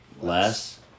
less